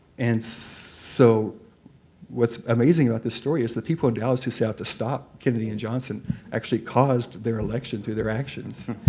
and so what's amazing about this story is the people in dallas who set out to stop kennedy and johnson actually caused their election through their actions.